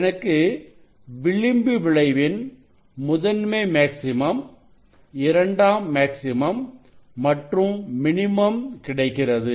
எனக்கு விளிம்பு விளைவின் முதன்மை மேக்ஸிமம் இரண்டாம் மேக்சிமம் மற்றும் மினிமம் கிடைக்கிறது